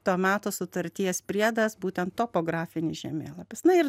to meto sutarties priedas būtent topografinis žemėlapis na ir